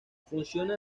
funciona